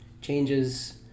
changes